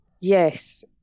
yes